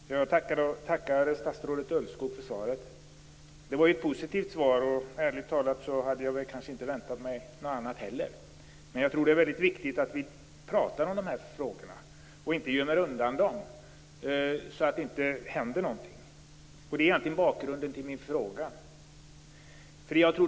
Fru talman! Jag tackar statsrådet Ulvskog för svaret. Det är ett positivt svar. Ärligt talat hade jag inte väntat mig något annat, men det är viktigt att vi pratar om de här frågorna och inte gömmer undan dem så att det inte händer någonting. Det är egentligen bakgrunden till min interpellation.